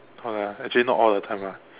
no lah actually not all the time lah